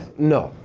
no,